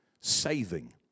saving